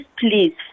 please